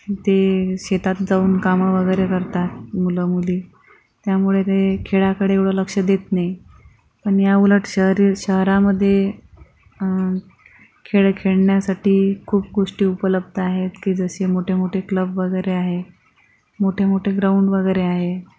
ते शेतात जाऊन कामं वगैरे करतात मुलं मुली त्यामुळे ते खेळाकडे एवढं लक्ष देत नाही आणि याउलट शरी शहरामध्ये खेळ खेळण्यासाठी खूप गोष्टी उपलब्ध आहेत की जसे मोठेमोठे क्लब वगैरे आहे मोठेमोठे ग्राउंड वगैरे आहे